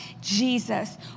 Jesus